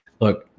look